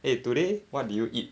eh today what did you eat